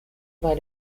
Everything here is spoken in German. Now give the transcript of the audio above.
bei